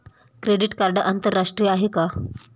Credit card आंतरराष्ट्रीय आहे का?